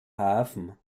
hafen